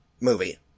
movie